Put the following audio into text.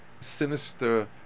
sinister